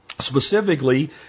specifically